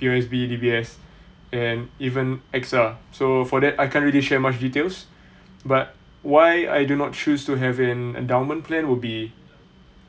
P_O_S_B D_B_S and even A_X_A so for that I can't really share much details but why I do not choose to have an endowment plan would be